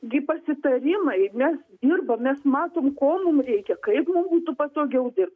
gi pasitarimai mes dirbam mes matom ko mum reikia kaip mum būtų patogiau dirbt